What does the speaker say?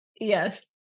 yes